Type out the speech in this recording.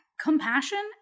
compassion